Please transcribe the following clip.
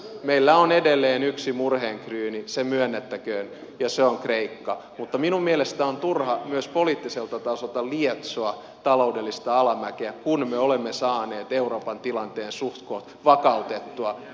meillä on edelleen yksi murheenkryyni se myönnettäköön ja se on kreikka mutta minun mielestäni on turha myös poliittiselta tasolta lietsoa taloudellista alamäkeä kun me olemme saaneet euroopan tilanteen suhtkoht vakautettua